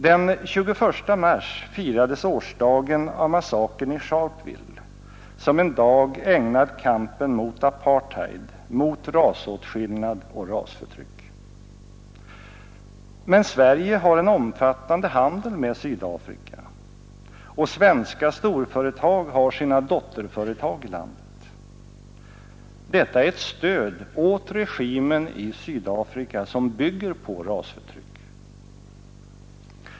Den 21 mars firades årsdagen av massakern i Sharpeville som en dag ägnad kampen mot apartheid, mot rasåtskillnad och rasförtryck. Men Sverige har en omfattande handel med Sydafrika och svenska storföretag har sina dotterföretag i landet. Detta är ett stöd åt regimen i Sydafrika som bygger på rasförtryck.